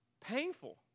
Painful